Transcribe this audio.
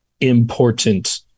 important